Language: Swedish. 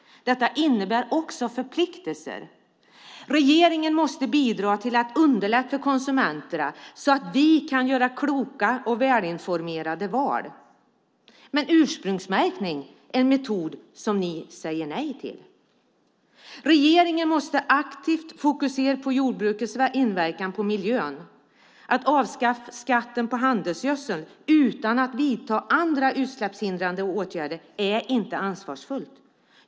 Den innebär också förpliktelser: Regeringen måste bidra till att underlätta för konsumenterna, så att de kan göra kloka och välinformerade val. En metod är ursprungsmärkning, som ni dock säger nej till. Regeringen måste mer aktivt fokusera på jordbrukets inverkan på miljön. Att avskaffa skatten på handelsgödsel utan att vidta utsläppshindrande åtgärder är inte ansvarsfullt.